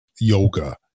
yoga